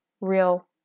real